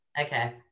Okay